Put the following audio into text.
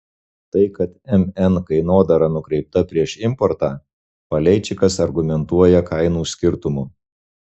tai kad mn kainodara nukreipta prieš importą paleičikas argumentuoja kainų skirtumu